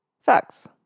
facts